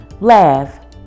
laugh